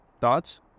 thoughts